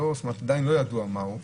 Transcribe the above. ועדיין לא ידוע מה הוא,